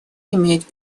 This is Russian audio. иметь